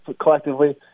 collectively